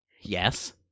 Yes